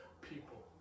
people